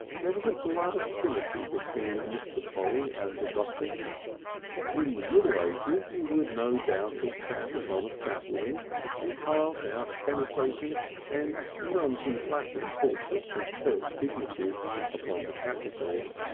there was a blood affinity between mr. polly and the gothic in the middle ages he would no doubt have sat upon a scaffolding and carved out penetrating and none too flattering portraits of church dignitaries upon the capitals,